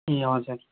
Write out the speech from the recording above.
ए हजुर